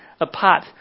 apart